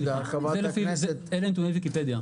רגע, חברת הכנסת --- זה לפי נתוני ויקיפדיה.